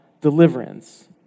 deliverance